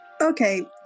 Okay